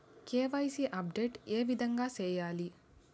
KYC update ఏ విధంగా సేయాలి?